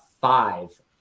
five